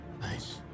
Nice